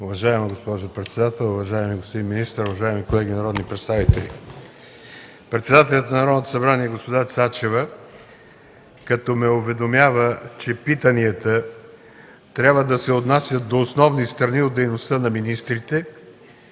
Уважаема госпожо председател, уважаеми господин министър, уважаеми колеги народни представители! Председателят на Народното събрание госпожа Цачева като ме уведомява, че питанията трябва да се отнасят до основни страни от дейността на министрите